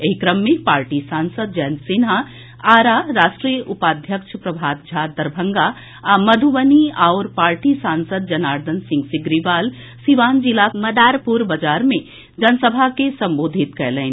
एहि क्रम मे पार्टी सांसद जयन्त सिन्हा आरा राष्ट्रीय उपाध्यक्ष प्रभात झा दरभंगा आ मधुबनी आओर पार्टी सांसद जनार्दन सिंह सिग्रीवाल सीवान जिलाक मदारपुर बाजार मे जनसभा के संबोधित कयलनि